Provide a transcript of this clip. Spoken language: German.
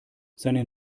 seine